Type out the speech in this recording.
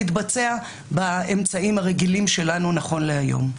מתבצע באמצעים הרגילים שלנו נכון להיום.